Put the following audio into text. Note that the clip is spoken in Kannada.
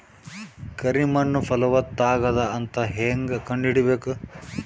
ಕರಿ ಮಣ್ಣು ಫಲವತ್ತಾಗದ ಅಂತ ಹೇಂಗ ಕಂಡುಹಿಡಿಬೇಕು?